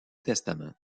testament